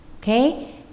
Okay